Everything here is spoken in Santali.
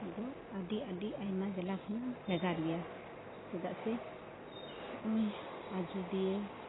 ᱫᱚ ᱟᱹᱰᱤ ᱟᱹᱰᱤ ᱟᱭᱢᱟ ᱡᱮᱞᱟ ᱠᱷᱚᱱ ᱵᱷᱮᱜᱟᱨ ᱜᱮᱭᱟ ᱪᱮᱫᱟᱜ ᱥᱮ ᱦᱚᱸᱜᱼᱚᱭ ᱟᱡᱳᱫᱤᱭᱟᱹ